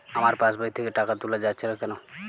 আমার পাসবই থেকে টাকা তোলা যাচ্ছে না কেনো?